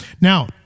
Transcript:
Now